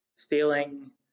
Stealing